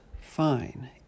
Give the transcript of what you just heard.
fine